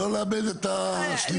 לא לאבד את השליטה.